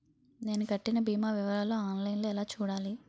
నేను కట్టిన భీమా వివరాలు ఆన్ లైన్ లో ఎలా చూడాలి?